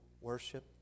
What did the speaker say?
worship